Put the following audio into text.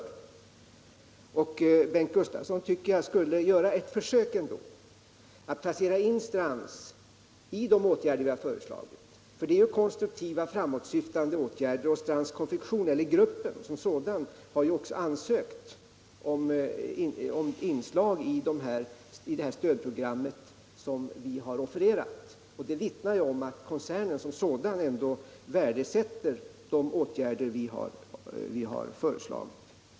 Jag tycker att Bengt Gustavsson borde göra ett försök att placera in Strands i de åtgärder som vi har föreslagit, för det är konstruktiva framåtsyftande åtgärder. Den företagsgrupp som Strands Konfektions AB tillhör har uttryckt intresse för stödprogram som vi har offererat. Det vittnar om att koncernen som sådan värdesätter de åtgärder vi har föreslagit.